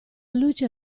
luce